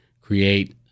create